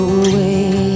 away